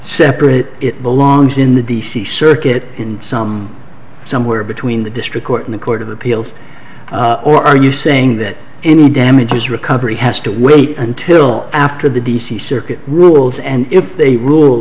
separate it belongs in the d c circuit in some somewhere between the district court in the court of appeals or are you saying that any damages recovery has to wait until after the d c circuit rules and if they rule